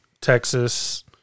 Texas